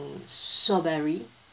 strawberry